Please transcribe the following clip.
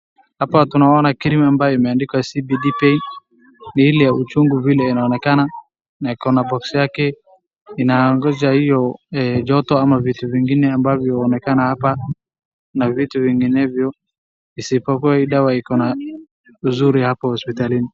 Hapa tunaona cream ambayo imeandikwa CBD pain , ni ile ya uchungu vile inaonekana na iko na boxi yake, inangoja hiyo joto ama vitu vingine ambavyo huonekanna hapa na vitu vinginevyo, isipokuwa hii dawa iko na uzuri hapo hospitalini.